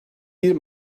bir